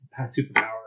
superpower